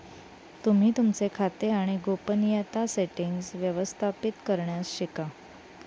तुम्ही तुमचे खाते आणि गोपनीयता सेटीन्ग्स व्यवस्थापित करण्यास शिका